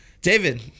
David